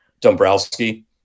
Dombrowski